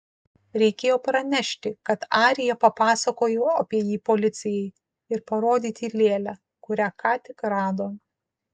reikėjo pranešti kad arija papasakojo apie jį policijai ir parodyti lėlę kurią ką tik rado